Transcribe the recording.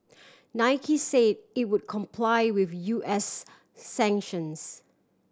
Nike say it would comply with U S sanctions